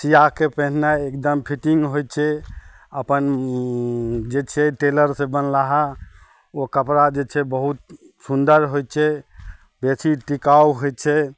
सिआके पेन्हनाइ एकदम फिटिंग होइ छै अपन जे छै टेलरसँ बनलाहा ओ कपड़ा जे छै बहुत सुन्दर होइ छै बेसी टिकाउ होइ छै